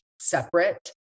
separate